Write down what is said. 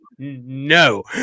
No